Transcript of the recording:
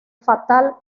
fatal